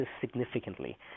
significantly